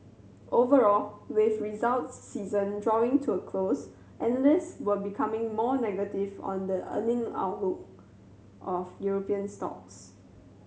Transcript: overall with results season drawing to a close analysts were becoming more negative on the earning outlook of European stocks